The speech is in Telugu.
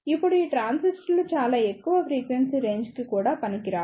ఇప్పుడు ఈ ట్రాన్సిస్టర్లు చాలా ఎక్కువ ఫ్రీక్వెన్సీ రేంజ్ కి కూడా పనికిరావు